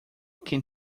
can